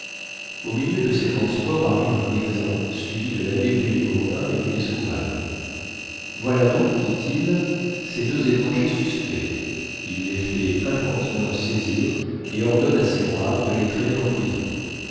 au milieu de ses transports arrive un exempt suivi de l'abbé périgourdin et d'une escouade voilà donc dit-il ces deux étrangers suspects il les fait incontinent saisir et ordonne à ses braves de les traîner en prison